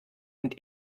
und